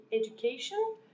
education